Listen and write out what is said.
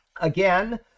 Again